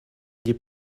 gli